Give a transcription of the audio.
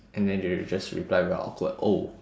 and then they will just reply with a awkward oh